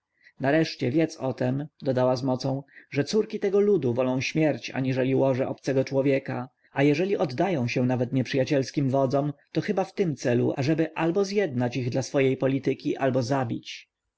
nareszcie wiedz o tem dodała z mocą że córki tego ludu wolą śmierć aniżeli łoże obcego człowieka a jeżeli oddają się nawet nieprzyjacielskim wodzom to chyba w tym celu ażeby albo zjednać ich dla swojej polityki albo zabić